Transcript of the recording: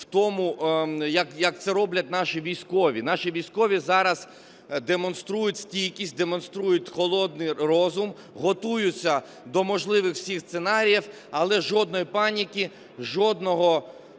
в тому, як це роблять наші військові. Наші військові зараз демонструють стійкість, демонструють холодний розум, готуються до можливих всіх сценаріїв – але жодної паніки, жодної